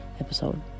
episode